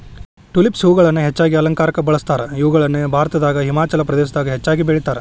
tulips ಹೂಗಳನ್ನ ಹೆಚ್ಚಾಗಿ ಅಲಂಕಾರಕ್ಕ ಬಳಸ್ತಾರ, ಇವುಗಳನ್ನ ಭಾರತದಾಗ ಹಿಮಾಚಲ ಪ್ರದೇಶದಾಗ ಹೆಚ್ಚಾಗಿ ಬೆಳೇತಾರ